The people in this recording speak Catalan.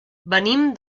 venim